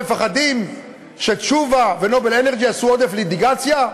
מפחדים שתשובה ו"נובל אנרג'י" יעשו עודף ליטיגציה?